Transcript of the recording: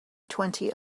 twenty